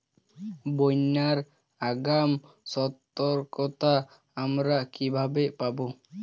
বন্যার আগাম সতর্কতা আমরা কিভাবে পাবো?